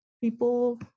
people